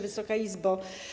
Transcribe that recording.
Wysoka Izbo!